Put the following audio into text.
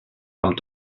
amb